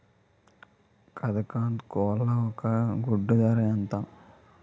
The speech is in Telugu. కదక్నత్ కోళ్ల ఒక గుడ్డు ధర ఎంత?